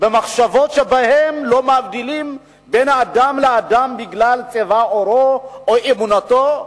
במחשבות שבהן לא מבדילים בין אדם לאדם בגלל צבע עורו או אמונתו.